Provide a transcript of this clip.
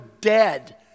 dead